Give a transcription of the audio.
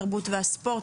התרבות והספורט,